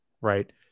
right